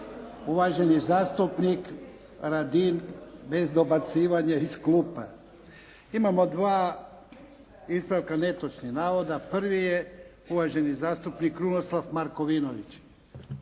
Uvaženi zastupnik Radin, bez dobacivanja iz klupe. Imamo dva ispravka netočnih navoda. Prvi je uvaženi zastupnik Krunoslav Markovinović.